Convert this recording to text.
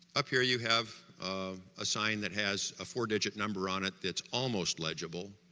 up here you have a sign that has a four digit number on it that's almost legible,